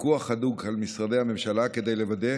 פיקוח הדוק על משרדי הממשלה כדי לוודא